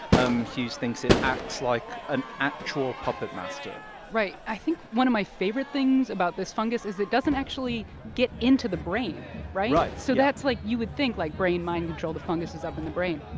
um hughes thinks, it acts like an actual puppet master right. i think one of my favorite things about this fungus is it doesn't actually get into the brain, right? right. yeah so that's, like, you would think, like, brain mind control the fungus is up in the brain.